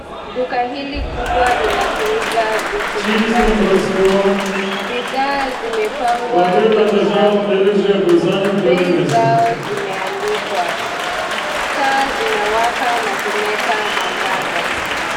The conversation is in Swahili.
Duka hili kubwa nilakuuza vitu tofauti, bidhaa zimepangwa kwenye rafu, bei zao zimeandikwa taa zinawaka na kuleta mwangaza.